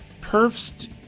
Perfs